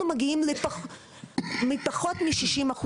אנחנו מגיעים לפחות מ-60%.